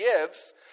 gives